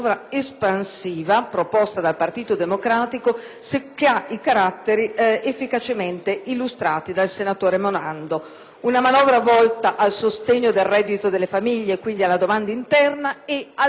i caratteri efficacemente illustrati dal senatore Morando. È una manovra volta al sostegno del reddito delle famiglie (quindi alla domanda interna) e al sostegno degli investimenti, partendo da quelli pubblici.